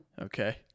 Okay